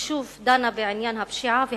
ששוב דנה בעניין הפשיעה והאלימות.